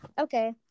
Okay